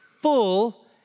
Full